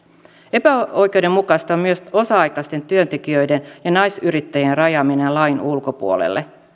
epäoikeudenmukaista on myös osa aikaisten työntekijöiden ja naisyrittäjien rajaaminen lain ulkopuolelle